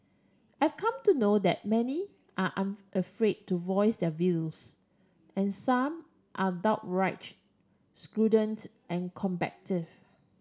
I've come to know that many are unafraid to voice their views and some are downright student and combative